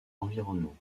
environnement